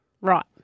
Right